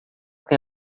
tem